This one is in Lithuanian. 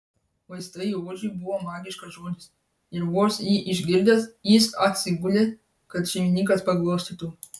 vaistai ožiui buvo magiškas žodis ir vos jį išgirdęs jis atsigulė kad šeimininkas paglostytų